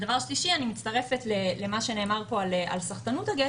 הדבר השלישי: אני מצטרפת למה שנאמר פה על סחטנות הגו,